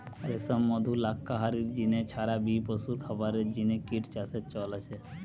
রেশম, মধু, লাক্ষা হারির জিনে ছাড়া বি পশুর খাবারের জিনে কিট চাষের চল আছে